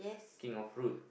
king of fruit